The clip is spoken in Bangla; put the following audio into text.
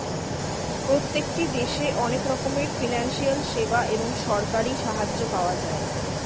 প্রত্যেকটি দেশে অনেক রকমের ফিনান্সিয়াল সেবা এবং সরকারি সাহায্য পাওয়া যায়